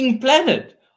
planet